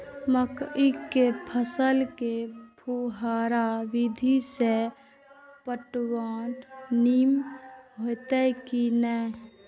मकई के फसल में फुहारा विधि स पटवन नीक हेतै की नै?